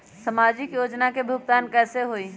समाजिक योजना के भुगतान कैसे होई?